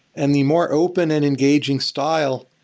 and the more open and engaging style,